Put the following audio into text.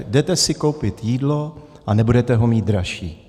Jdete si koupit jídlo a nebudete ho mít dražší.